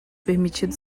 permitido